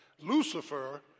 Lucifer